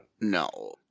No